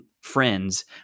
friends